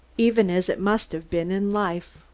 even as it must have been in life.